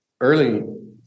early